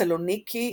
סלוניקי,